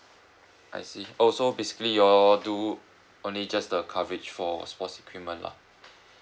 I see oh so basically you all do only just the coverage for sports equipment lah